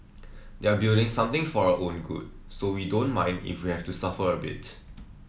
they're building something for our own good so we don't mind if we have to suffer a bit